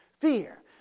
Fear